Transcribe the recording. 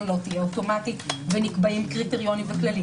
לא תהיה אוטומטית ונקבעים קריטריונים וכללים.